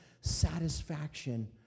satisfaction